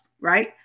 right